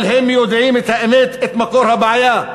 אבל הם יודעים את האמת, את מקור הבעיה.